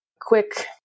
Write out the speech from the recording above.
quick